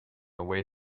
await